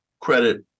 credit